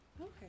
Okay